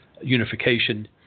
unification